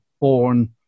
born